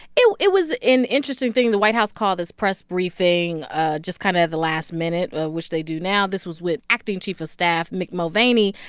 it it was an interesting thing. the white house called this press briefing ah just kind of at the last minute, which they do now. this was with acting chief of staff mick mulvaney.